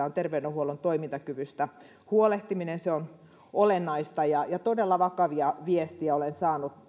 on terveydenhuollon toimintakyvystä huolehtiminen se on olennaista todella vakavia viestejä olen saanut